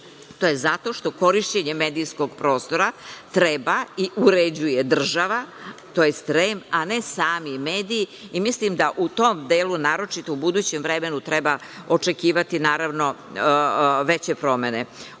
je zato što korišćenje medijskog prostora treba i uređuje država, tj. REM, a ne sami mediji i mislim da u tom delu, naročito u budućem vremenu, treba očekivati, naravno, veće promene. Oni